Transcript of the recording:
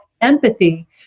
empathy